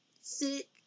sick